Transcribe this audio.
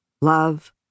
Love